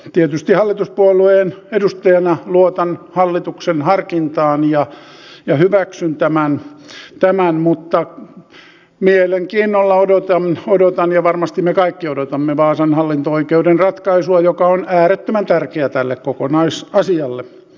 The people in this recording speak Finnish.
tietysti hallituspuolueen edustajana luotan hallituksen harkintaan ja hyväksyn tämän mutta mielenkiinnolla odotan ja varmasti me kaikki odotamme vaasan hallinto oikeuden ratkaisua joka on äärettömän tärkeä tälle kokonaisasialle